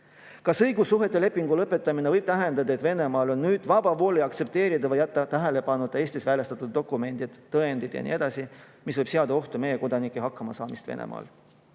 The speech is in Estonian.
Kas õigussuhete lepingu lõpetamine võib tähendada, et Venemaal on nüüd vaba voli aktsepteerida või jätta tähelepanuta Eestis väljastatud dokumendid, tõendid ja nii edasi? See võib seada ohtu meie kodanike hakkamasaamise Venemaal.